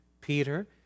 Peter